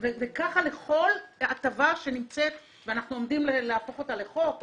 וככה לכל הטבה שנמצאת ואנחנו עומדים להפוך אותה לחוק או